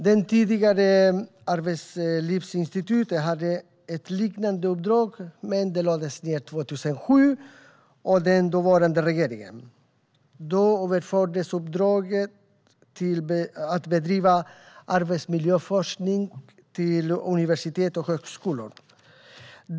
Det tidigare Arbetslivsinstitutet hade ett liknande uppdrag, men det lades ned 2007 av den dåvarande regeringen. Då överfördes uppdraget att bedriva arbetsmiljöforskning till universitet och högskolor.